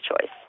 choice